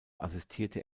assistierte